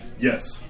Yes